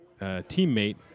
teammate